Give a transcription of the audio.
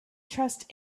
trust